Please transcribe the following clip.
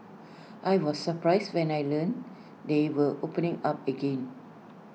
I was surprised when I learnt they were opening up again